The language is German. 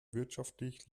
wirtschaftlich